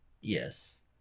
Yes